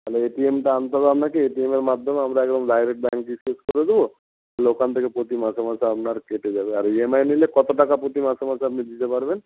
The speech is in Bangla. তাহলে এটিএমটা আনতে হবে আপনাকে এটিএমের মাধ্যমে আমরা যেমন ডায়রেক্ট ব্যাঙ্কে করে দেবো ওখান থেকে প্রতি মাসে মাসে আপনার কেটে যাবে আর ইএমআইয়ে নিলে কত টাকা প্রতি মাসে মাসে আপনি দিতে পারবেন